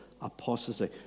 apostasy